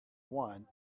one